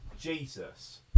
Jesus